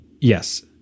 Yes